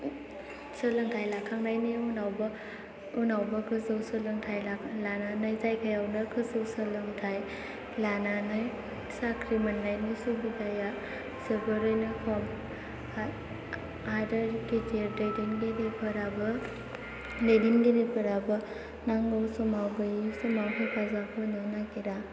सोलोंथाय लाखांनायनि उनावबो गोजौ सोलोंथाय लानानै जायगायावनो गोजौ सोलोंथाय लानानै साख्रि मोननायनि सुबिदाया जोबोरैनो खम आरो गेदेर दैदेनगिरिफोराबो नांगौ समाव गैयै समाव हेफाजाब होनो नागिरा